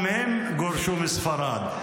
גם הם גורשו מספרד.